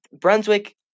Brunswick